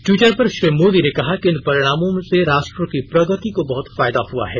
Twitter पर श्री मोदी ने कहा कि इन परिणामों से राष्ट्र की प्रगति को बहुत फायदा हुआ है